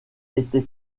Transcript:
été